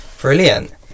Brilliant